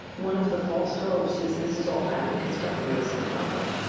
one of the false hopes is this is all happening because government is incompetent.